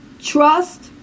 trust